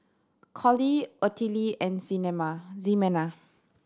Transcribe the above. Collie Ottilie and Ximena